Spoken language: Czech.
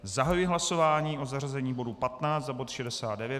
Zahajuji hlasování o zařazení bodu 15 za bod 69.